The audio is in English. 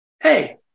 hey